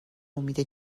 امید